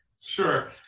Sure